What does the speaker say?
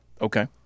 okay